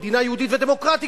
מדינה יהודית ודמוקרטית,